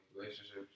relationships